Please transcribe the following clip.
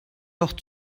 doch